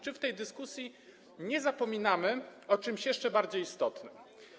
Czy w tej dyskusji nie zapominamy o czymś jeszcze bardziej istotnym?